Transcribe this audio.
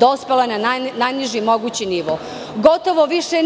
dospelo na najniži mogući nivo. Gotovo više